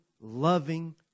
loving